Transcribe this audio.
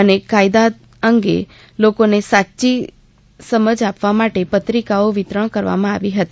અને આ કાયદા અંગે લોકોને સાચી સમજ આપવા માટે પત્રિકા ઓ વિતરણ કરવામાં આવી હતી